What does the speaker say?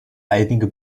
einige